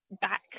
back